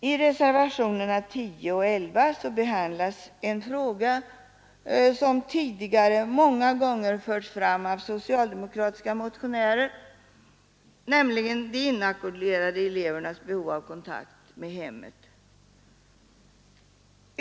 I reservationerna 10 och 11 behandlas en fråga som tidigare många gånger förts fram av socialdemokratiska motionärer, nämligen de inackorderade elevernas behov av kontakt med hemmet.